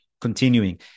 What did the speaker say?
continuing